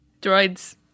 Droids